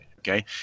Okay